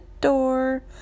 door